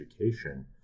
education